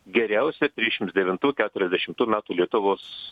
geriausia trisdešimts devintų keturiasdešimtų metų lietuvos